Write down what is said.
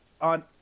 on